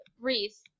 Reese